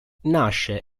nasce